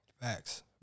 Facts